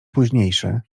późniejszy